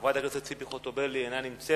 חברת הכנסת ציפי חוטובלי, אינה נמצאת.